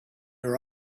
were